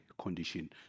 condition